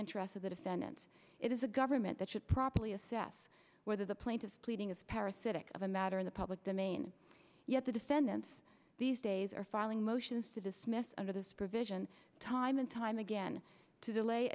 interests of the defendants it is a government that should properly assess whether the plaintiff pleading is parasitic of a matter in the public domain yet the defendants these days are filing motions to dismiss under this provision time and time again to delay